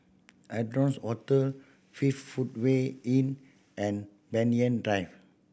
Adonis Hotel fifth Footway Inn and Banyan Drive